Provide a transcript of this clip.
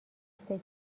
سکه